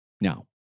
Now